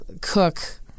cook